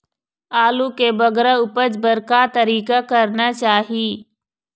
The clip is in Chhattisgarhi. आलू के बगरा उपज बर का तरीका करना चाही?